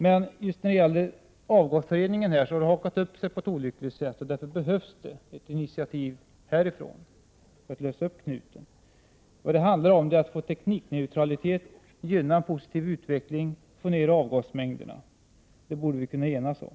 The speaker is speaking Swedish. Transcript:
Men just när det gäller frågan om avgasreningen har det på ett olyckligt sätt hakat upp sig, och därför behövs det ett initiativ från riksdagens sida för att lösa upp knuten. Prot. 1988/89:104 Det handlar om att få teknikneutralitet, gynna en positiv utveckling och få ner avgasmängderna. Det borde vi kunna enas om.